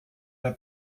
der